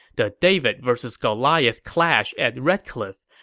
the david vs. goliath clash at red cliff.